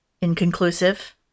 Inconclusive